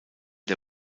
der